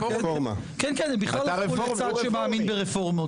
כן, כן, הם בכלל הפכו לצד שמאמין ברפורמות.